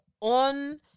on